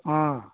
ಹಾಂ